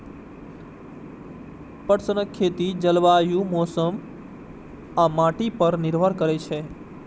पटसनक खेती जलवायु, मौसम आ माटि पर निर्भर करै छै